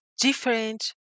different